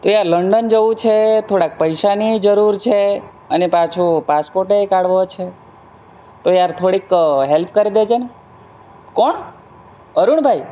તે આ લંડન જવું છે થોડાક પૈસાનીયે જરૂર છે અને પાછો પાસપોર્ટેય કાઢવો છે તો યાર થોડીક હેલ્પ કરી દેજે ને કોણ અરુણભાઈ